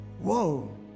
Whoa